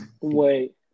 Wait